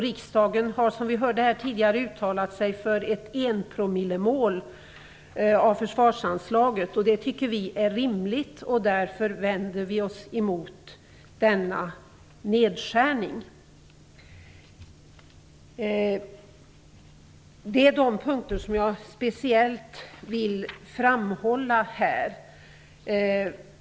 Riksdagen har här, som vi har hört tidigare, uttalat sig för ett mål på 1 % av försvarsanslaget, som vi tycker är rimligt. Därför vänder vi oss emot denna nedskärning. Det är de punkter som jag speciellt vill framhålla.